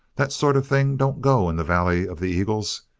that sort of thing don't go in the valley of the eagles.